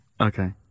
Okay